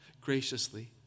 Graciously